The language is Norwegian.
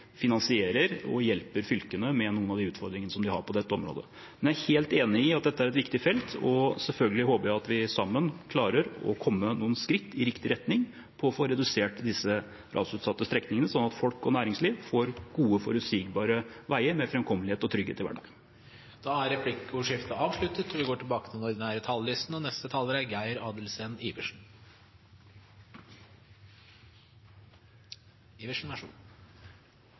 finansierer og hjelper fylkene med noen av utfordringene de har på dette området. Jeg er helt enig i at dette er et viktig felt, og jeg håper selvfølgelig at vi sammen klarer å komme noen skritt i riktig retning for å få redusert disse rasutsatte strekningene, sånn at folk og næringsliv får gode, forutsigbare veier med framkommelighet og trygghet i hverdagen. Replikkordskiftet er avsluttet.